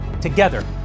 together